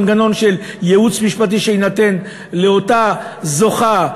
מנגנון של ייעוץ משפטי שיינתן לאותה זוכה,